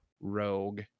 rogue